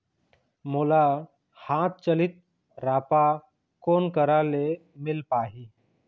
मोला हाथ चलित राफा कोन करा ले मिल पाही?